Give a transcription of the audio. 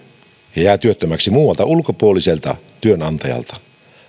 ja olisi jäänyt työttömäksi muualta ulkopuoliselta työnantajalta